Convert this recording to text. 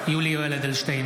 חבריי חברי הכנסת,